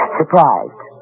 surprised